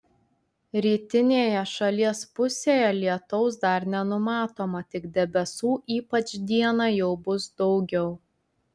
rytinėje šalies pusėje lietaus dar nenumatoma tik debesų ypač dieną jau bus daugiau